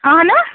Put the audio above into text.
اَہَنُو